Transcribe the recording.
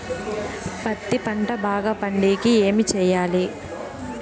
పత్తి పంట బాగా పండే కి ఏమి చెయ్యాలి?